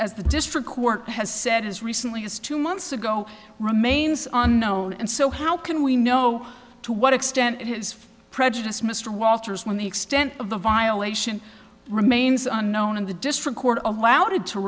as the district court has said as recently as two months ago remains unknown and so how can we know to what extent it has prejudiced mr walters when the extent of the violation remains unknown in the district court allowed